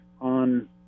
on